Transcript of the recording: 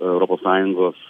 europos sąjungos